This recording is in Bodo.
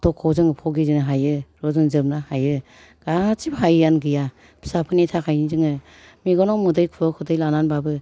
खस्थ'खौ जों भुगिनो हायो रुजुनजोबनो हायो गासिबो हायैआनो गैया फिसाफोरनि थाखाय जोङो मेगनाव मोदै खुगायाव खुदै लानानैबाबो